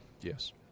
Yes